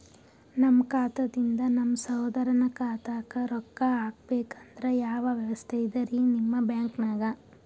ನಮ್ಮ ಖಾತಾದಿಂದ ನಮ್ಮ ಸಹೋದರನ ಖಾತಾಕ್ಕಾ ರೊಕ್ಕಾ ಹಾಕ್ಬೇಕಂದ್ರ ಯಾವ ವ್ಯವಸ್ಥೆ ಇದರೀ ನಿಮ್ಮ ಬ್ಯಾಂಕ್ನಾಗ?